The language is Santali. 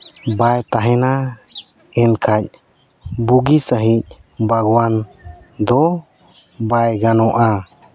ᱵᱟᱭ ᱛᱟᱦᱮᱱᱟ ᱮᱱᱠᱷᱟᱱ ᱵᱩᱜᱤ ᱥᱟᱺᱦᱤᱡᱽ ᱵᱟᱜᱽᱣᱟᱱ ᱫᱚ ᱵᱟᱭ ᱜᱟᱱᱚᱜᱼᱟ